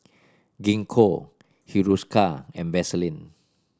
Gingko Hiruscar and Vaselin